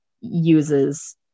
uses